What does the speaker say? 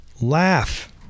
laugh